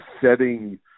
setting